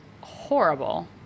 horrible